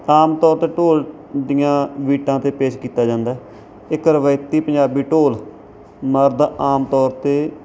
ਆਮ ਤੌਰ 'ਤੇ ਢੋਲ ਦੀਆਂ ਬੀਟਾਂ 'ਤੇ ਪੇਸ਼ ਕੀਤਾ ਜਾਂਦਾ ਹੈ ਇੱਕ ਰਿਵਾਇਤੀ ਪੰਜਾਬੀ ਢੋਲ ਮਰਦ ਆਮ ਤੌਰ 'ਤੇ